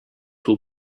will